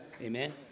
Amen